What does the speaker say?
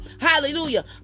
hallelujah